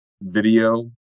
video